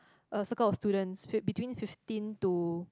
a circle of students fif~ between fifteen to